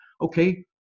okay